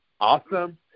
Awesome